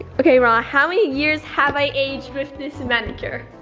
okay ron, how many years have i aged with this manicure?